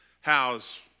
How's